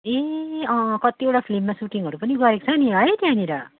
ए अँ अँ कतिवटा फ्लिममा सुटिङहरू पनि गरेको छ नि है त्यहाँनिर